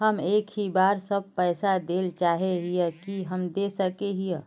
हम एक ही बार सब पैसा देल चाहे हिये की हम दे सके हीये?